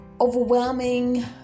overwhelming